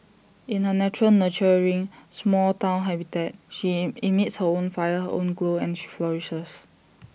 in her natural nurturing small Town habitat she emits her own fire her own glow and she flourishes